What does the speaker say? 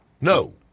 No